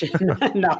No